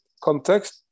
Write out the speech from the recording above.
context